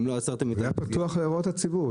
זה היה פתוח להערות הציבור.